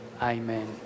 Amen